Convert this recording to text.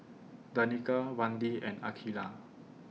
Danika Randi and Akeelah